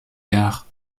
gare